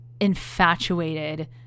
infatuated